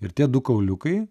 ir tie du kauliukai